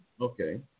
Okay